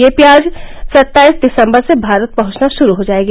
यह प्याज सत्ताईस दिसम्बर से भारत पहंचना श्रू हो जाएगी